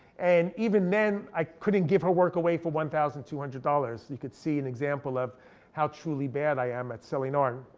and even then i couldn't give her work away for one thousand two hundred dollars, you can see an example of how truly bad i am at selling art.